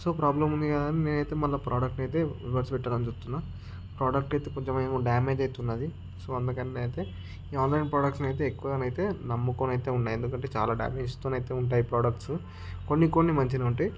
so problem ఉంది కదా అని నేనైతే మళ్ళీ ప్రోడక్ట్ అయితే రివర్స్ పెట్టాలని చూస్తున్న ప్రోడక్ట్ అయితే కొంచెం ఏమో డామేజ్ అయితే వున్నది సో అందుకని నేనైతే ఈ ఆన్లైన్ ప్రోడక్ట్స్ని అయితే ఎక్కువగానేయితే నమ్ముకొని అయితే ఉన్నాయి ఎందుకంటే చాలా డ్యామేజ్తోనైతే ఉంటాయి ప్రోడక్ట్స్ కొన్ని కొన్ని మంచిగానే ఉంటాయి